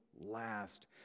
last